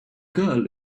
girl